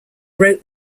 wrote